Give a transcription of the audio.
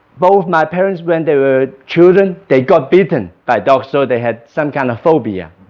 both my parents when they were children, they got bitten by dogs, so they had some kind of phobia